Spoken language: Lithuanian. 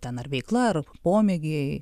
ten ar veikla ar pomėgiai